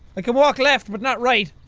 i can walk left but not right